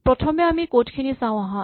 প্ৰথমে আমি ক'ড খিনি চাওঁ আহাঁ